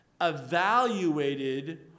evaluated